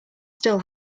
still